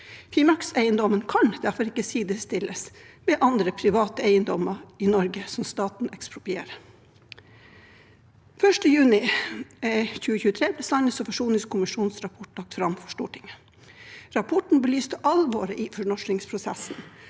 Finnmarkseiendommen kan derfor ikke sidestilles med andre private eiendommer i Norge som staten eksproprierer. Den 1. juni 2023 ble sannhets- og forsoningskommisjonens rapport lagt fram for Stortinget. Rapporten belyste alvoret i fornorskningsprosessen.